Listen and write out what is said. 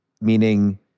Meaning